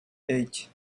eight